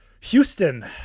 Houston